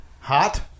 hot